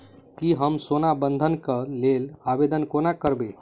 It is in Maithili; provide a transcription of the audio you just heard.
की हम सोना बंधन कऽ लेल आवेदन कोना करबै?